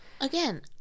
again